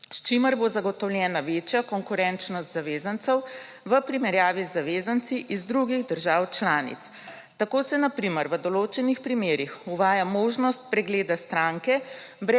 s čimer bo zagotovljena večja konkurenčnost zavezancev v primerjavi z zavezanci iz drugih držav članic. Tako se na primer v določenih primerih uvaja možnost pregleda stranke